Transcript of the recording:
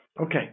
Okay